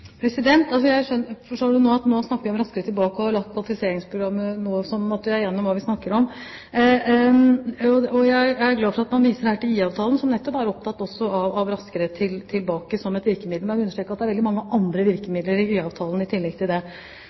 forstår at nå snakker vi om Raskere tilbake og har latt kvalifiseringsprogrammet ligge – slik at vi er enige om hva vi snakker om. Jeg er glad for at Kjell Ingolf Ropstad her viser til IA-avtalen, der man nettopp er opptatt av Raskere tilbake som et virkemiddel. Men jeg vil understreke at det i tillegg til det er veldig mange andre virkemidler i